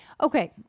okay